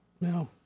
No